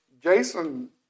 Jason